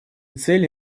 цели